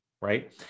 right